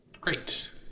great